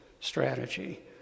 strategy